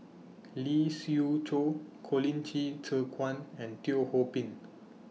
Lee Siew Choh Colin Qi Zhe Quan and Teo Ho Pin